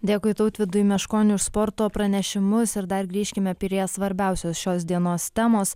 dėkui tautvydui meškoniui už sporto pranešimus ir dar grįžkime prie svarbiausios šios dienos temos